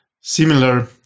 similar